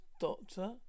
doctor